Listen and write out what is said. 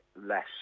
less